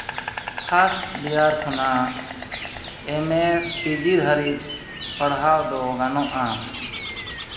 first year ᱠᱷᱚᱱᱜ M A P G ᱫᱷᱟᱹᱵᱤᱡ ᱯᱟᱲᱦᱟᱣ ᱫᱚ ᱜᱟᱱᱚᱜᱼᱟ